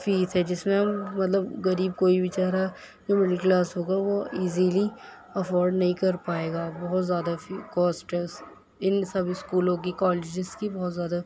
face ہیں جس میں مطلب غریب کوئی بچارا جو مڈل کلاس ہوگا وہ ایزیلی افورڈ نہیں کر پائےگا بہت زیادہ فی کوسٹ ہے اُس اِن سب اسکولوں کی کالیجز کی بہت زیادہ